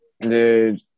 Dude